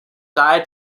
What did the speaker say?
dye